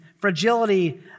fragility